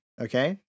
Okay